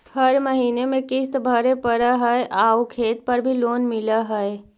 हर महीने में किस्त भरेपरहै आउ खेत पर भी लोन मिल है?